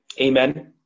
Amen